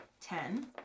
ten